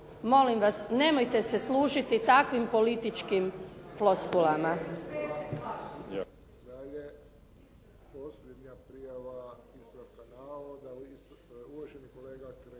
molim vas nemojte se služiti takvim političkim floskulama.